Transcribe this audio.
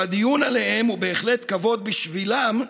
שהדיון עליהם, הוא בהחלט כבוד בשבילם,